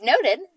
noted